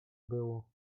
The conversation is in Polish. było